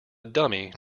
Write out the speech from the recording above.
dummy